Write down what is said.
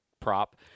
prop